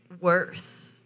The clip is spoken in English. worse